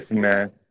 man